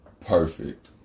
perfect